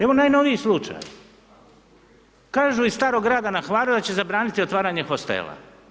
Evo najnoviji slučaj, kažu iz starog grada na Hvaru da će zabraniti otvaranje hostela.